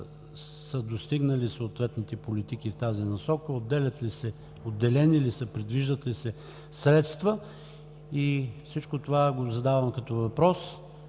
са достигнали съответните политики в тази насока, отделени ли са, предвиждат ли се средства? И всичко това го задавам като въпрос